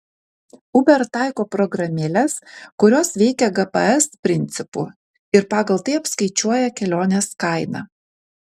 uber taiko programėles kurios veikia gps principu ir pagal tai apskaičiuoja kelionės kainą